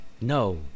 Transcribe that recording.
No